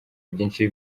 byinshi